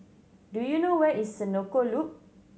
do you know where is Senoko Loop